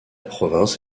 province